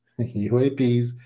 UAPs